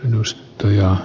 myös tuija